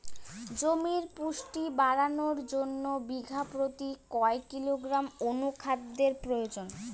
জমির পুষ্টি বাড়ানোর জন্য বিঘা প্রতি কয় কিলোগ্রাম অণু খাদ্যের প্রয়োজন?